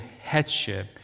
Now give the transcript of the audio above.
headship